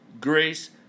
Grace